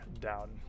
down